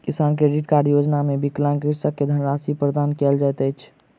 किसान credit card योजना मे विकलांग कृषक के धनराशि प्रदान कयल जाइत अछि